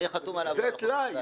זה טלאי.